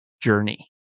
journey